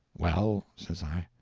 well, says i,